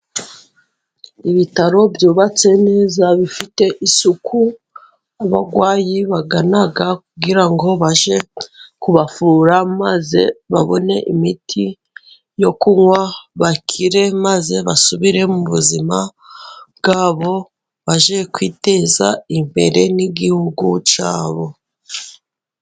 Ibitaro byubatse neza, bifite isuku. Abarwayi bagana kugira ngo bajye kubavura, maze babone imiti yo kunywa, bakire maze basubire mu buzima bwabo, baje kwiteza imbere n'igihugu cyabo.